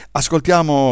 ascoltiamo